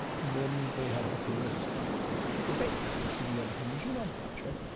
and then they had the famous debate on should we have a human genome project.